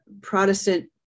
protestant